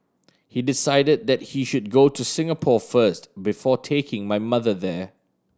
he decided that he should go to Singapore first before taking my mother there